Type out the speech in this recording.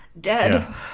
Dead